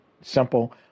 Simple